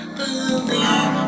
believe